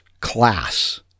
class